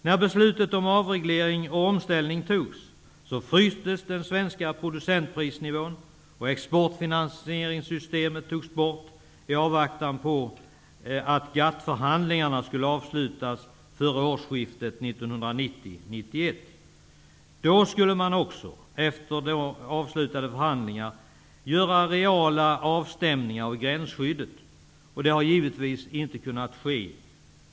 När beslutet fattades om avreglering och omställning frystes den svenska producentprisnivån, och exportfinansieringssystemet togs bort i avvaktan på att GATT-förhandlingarna skulle avslutas före årsskiftet 1990/91. Då skulle man också, efter avslutade förhandlingar, göra reala avstämningar av gränsskyddet. Det har givetvis inte kunnat ske.